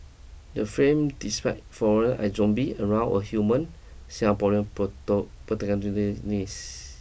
the frame despite despite foreign as zombie around a human Singaporean